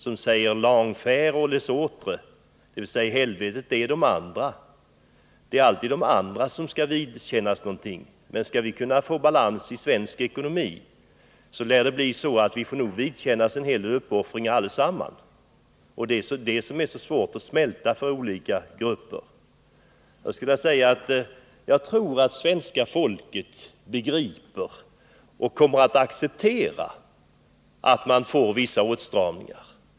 Han säger att ”'enfer, c'est les Autres”, dvs. ”helvetet, det är de andra”. Det är alltid de andra som skall vidkännas någonting. Men skall vi kunna få balans i svensk ekonomi lär vi nog få vidkännas en hel del uppoffringar allesamman. Och det är det som är så svårt att smälta för olika grupper. Jag tror att svenska folket begriper och kommer att acceptera att det blir vissa åtstramningar.